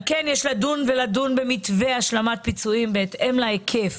על כן יש לדון במתווה השלמת פיצויים בהתאם להיקף